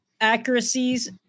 accuracies